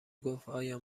گفتایا